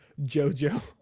jojo